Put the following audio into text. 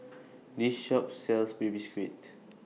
This Shop sells Baby Squid